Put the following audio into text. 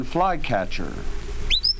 Flycatcher